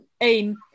aim